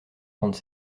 trente